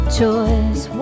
choice